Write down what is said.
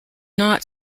not